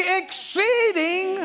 exceeding